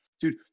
dude